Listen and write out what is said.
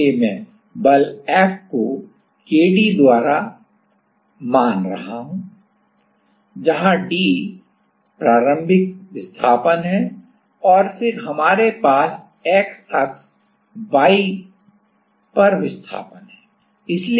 इसलिए मैं बल F को kd द्वारा मानक मान रहा हूं जहां d प्रारंभिक विस्थापन है और फिर हमारे पास x अक्ष y पर विस्थापन है